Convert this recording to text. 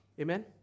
Amen